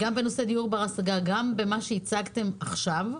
גם בדיור בר השגה, וגם במה שהצגתם עכשיו,